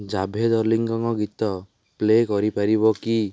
ଜାଭେଦ ଅଲିଙ୍କ ଗୀତ ପ୍ଲେ' କରିପାରିବ କି